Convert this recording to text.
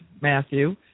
Matthew